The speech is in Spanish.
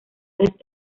vez